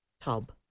tub